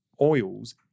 oils